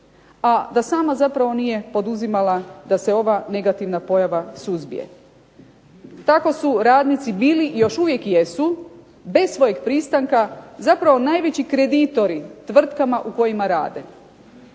a da sama zapravo nije poduzimala da se ova negativna pojava suzbije. Tako su radnici bili i još uvijek jesu bez svojih pristanaka zapravo najveći kreditori tvrtkama u kojima rade,